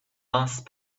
last